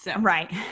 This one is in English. Right